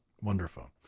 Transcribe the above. wonderful